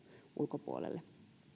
ulkopuolelle